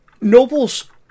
nobles